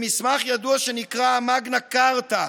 במסמך ידוע שנקרא המגנה כרטה,